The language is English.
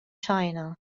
china